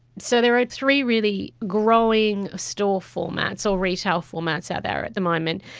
so there are three really growing ah store formats or retail formats out there at the moment.